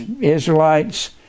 Israelites